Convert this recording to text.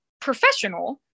professional